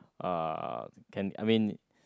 uh can I mean